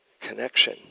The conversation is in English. connection